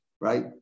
right